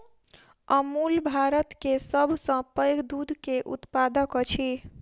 अमूल भारत के सभ सॅ पैघ दूध के उत्पादक अछि